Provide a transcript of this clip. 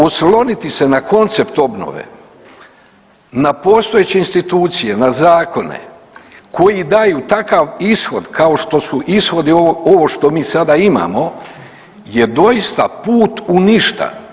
Osloniti se na koncept obnove, na postojeće institucije, na zakone koji daju takav ishod kao što su ishodi ovo što mi sada imamo je doista put u ništa.